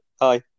Hi